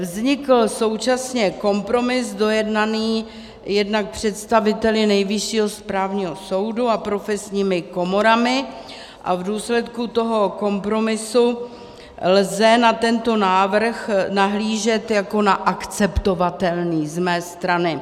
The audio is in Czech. Vznikl současně kompromis dojednaný jednak představiteli Nejvyššího správního soudu a profesními komorami a v důsledku toho kompromisu lze na tento návrh nahlížet jako na akceptovatelný z mé strany.